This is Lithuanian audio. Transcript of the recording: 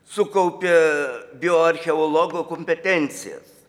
sukaupė bioarcheologo kompetencijas